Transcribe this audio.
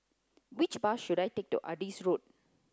which bus should I take to Adis Road